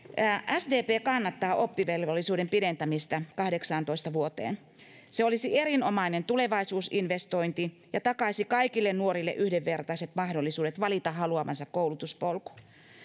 sdp kannattaa oppivelvollisuuden pidentämistä kahdeksaantoista vuoteen se olisi erinomainen tulevaisuusinvestointi ja takaisi kaikille nuorille yhdenvertaiset mahdollisuudet valita haluamansa koulutuspolku